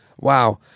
Wow